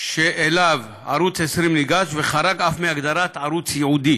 שאליו ניגש ערוץ 20, וחרג אף מהגדרת ערוץ ייעודי